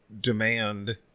demand